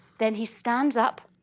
then he stands up,